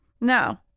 No